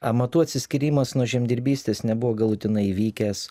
amatų atsiskyrimas nuo žemdirbystės nebuvo galutinai įvykęs